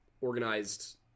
organized